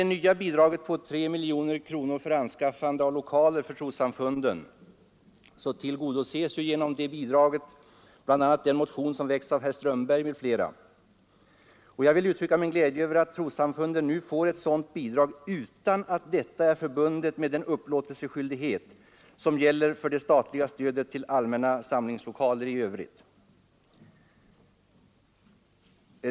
3 miljoner kronor för anskaffande av lokaler för trossamfunden, så tillgodoses ju genom detta bl.a. önskemålen i den motion som väckts av herr Strömberg i Botkyrka När det sedan gäller det nya bidraget på m.fl. Jag vill uttrycka min glädje över att trossamfunden nu får ett sådant bidrag utan att detta är förbundet med den upplåtelseskyldighet som gäller för det statliga stödet till allmänna samlingslokaler i övrigt.